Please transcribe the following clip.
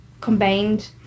combined